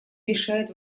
решает